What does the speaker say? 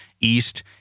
East